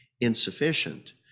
insufficient